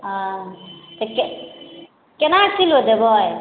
आओर तऽ के केना कऽ किलो देबै